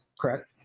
correct